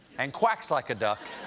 and quacks like a duck,